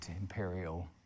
imperial